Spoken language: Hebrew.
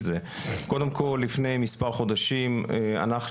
קודם כל לפני מספר חודשים אנחנו,